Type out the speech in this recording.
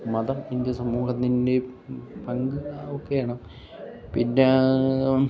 മതം ഇന്ത്യൻ സമൂഹത്തിൻ്റെയും പങ്ക് ഒക്കെയാണ് പിന്നെ ആ